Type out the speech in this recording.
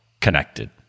connected